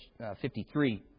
53